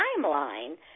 timeline